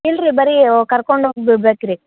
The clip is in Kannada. ಇಲ್ರಿ ಬರಿ ಕರ್ಕೊಂಡು ಹೋಗಿ ಬಿಡ್ಬೇಕು ರೀ